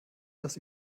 das